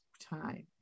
time